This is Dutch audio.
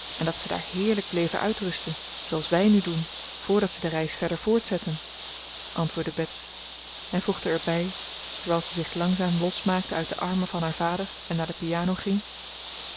en dat ze daar heerlijk bleven uitrusten zooals wij nu doen voordat ze de reis verder voortzetten antwoordde bets en voegde er bij terwijl ze zich langzaam losmaakte uit de armen van haar vader en naar de piano ging